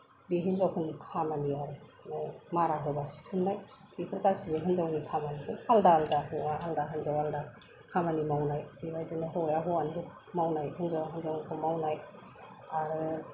बे हिनजावफोरनि खामानि आरो बिदिनो मारा होब्ला सिथुमनाय बेफोर गासिबो हिनजावनि खामानिजोब आलादा आलादा हौवा आलादा हिनजाव आलादा खामानि मावनाय बेबायदिनो हौवाया हौवानिखौ मावनाय हिनजावा हिनजावनिखौ मावनाय आरो